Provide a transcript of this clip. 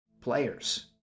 players